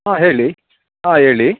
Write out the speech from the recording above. ಹಾಂ ಹೇಳಿ ಹಾಂ ಹೇಳಿ